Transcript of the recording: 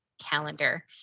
calendar